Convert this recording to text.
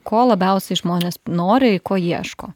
ko labiausiai žmonės nori ko ieško